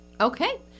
Okay